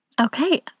Okay